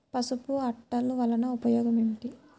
పసుపు అట్టలు వలన ఉపయోగం ఏమిటి?